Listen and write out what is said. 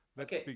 okay.